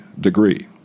degree